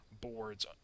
boards